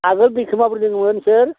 आगोल दैखौ माबोरै लोङोमोन नोंसोर